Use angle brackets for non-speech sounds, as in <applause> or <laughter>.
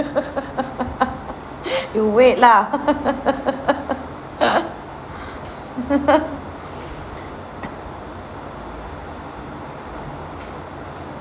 <laughs> you wait lah <laughs> <laughs> <breath>